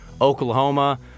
Oklahoma